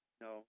No